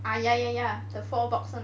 ah ya ya ya the four box [one]